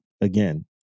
Again